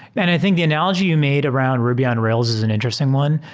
and i think the analogy you made around ruby on rails is an interesting one.